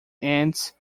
ends